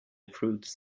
fruits